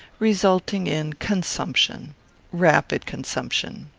resulting in consumption rapid consumption.